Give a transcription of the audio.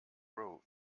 row